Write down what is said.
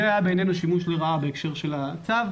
זה היה בעינינו שימוש לרעה בהקשר של הצו,